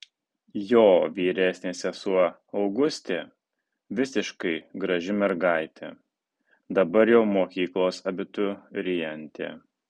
jo vyresnė sesuo augustė visiškai graži mergaitė dabar jau mokyklos abiturientė